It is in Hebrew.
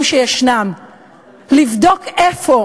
שיש, ולבדוק איפה